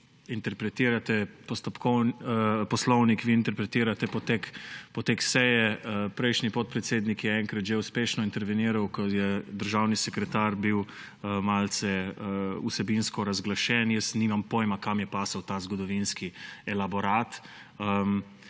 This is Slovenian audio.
interpretirate poslovnik, vi interpretirate potek seje. Prejšnji podpredsednik je enkrat že uspešno interveniral, ko je državni sekretar bil malce vsebinsko razglašen. Jaz nimam pojma, kam je spadal ta zgodovinski elaborat,